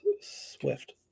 Swift